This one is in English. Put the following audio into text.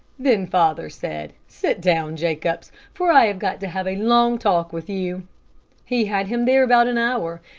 then father said, sit down, jacobs, for i have got to have a long talk with you he had him there about an hour,